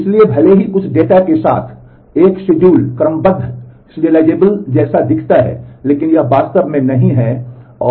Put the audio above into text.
इसलिए भले ही कुछ डेटा के साथ एक शेड्यूल क्रमबद्ध है